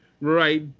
Right